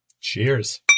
Cheers